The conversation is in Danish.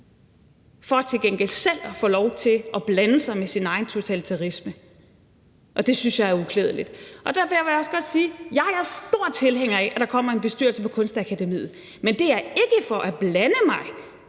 for til gengæld selv at få lov til at blande sig med sin egen totalitarisme, og det synes jeg er uklædeligt. Derfor vil jeg også godt sige, at jeg er stor tilhænger af, at der kommer en bestyrelse på Kunstakademiet, men det er ikke for at blande mig